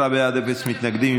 עשרה בעד, אפס מתנגדים.